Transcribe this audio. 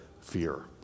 fear